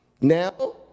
Now